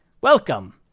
Welcome